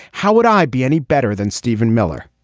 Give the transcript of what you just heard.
how would i be any better than steven miller.